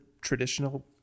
traditional